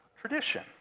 tradition